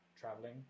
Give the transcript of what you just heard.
traveling